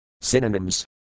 Synonyms